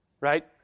right